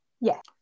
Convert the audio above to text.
Yes